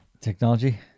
technology